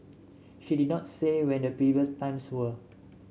she did not say when the previous times were